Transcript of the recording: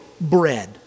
bread